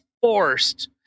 forced